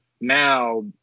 now